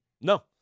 no